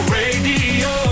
radio